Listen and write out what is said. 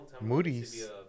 Moody's